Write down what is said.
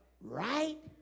Right